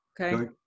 Okay